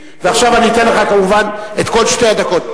ועכשיו אני אתן לך כמובן את כל שתי הדקות.